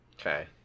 Okay